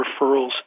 referrals